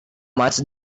much